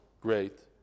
great